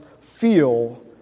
feel